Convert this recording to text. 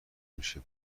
میشه